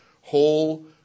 whole